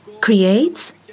creates